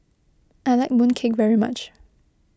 I like Mooncake very much